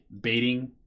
baiting